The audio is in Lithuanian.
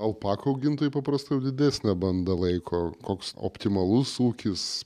alpakų augintojai paprastai didesnę bandą laiko koks optimalus ūkis